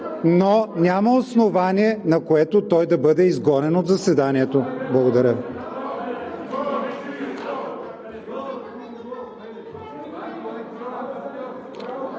но няма основание, на което той да бъде изгонен от заседанието. Благодаря.